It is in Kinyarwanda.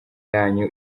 yanyu